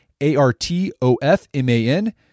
A-R-T-O-F-M-A-N